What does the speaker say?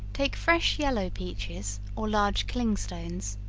take fresh yellow peaches, or large clingstones,